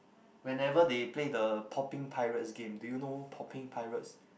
whenever they play the popping pirates game do you know popping pirates